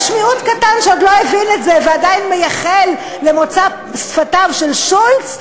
יש מיעוט קטן שעוד לא הבין את זה ועדיין מייחל למוצא שפתיו של שולץ,